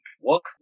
work